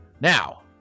now